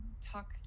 talk